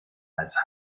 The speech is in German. als